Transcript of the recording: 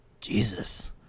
Jesus